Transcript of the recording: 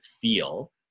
feel